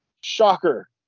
Shocker